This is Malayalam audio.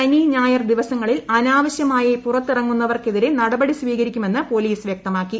ശനി ഞായർ ദിവസങ്ങളിൽ അനാവശ്യമായി പുറത്തിറങ്ങുന്നവർക്കെതിരെ നടപടി സ്വീകരിക്കുമെന്ന് പോലീസ് വൃക്തമാക്കി